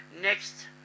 next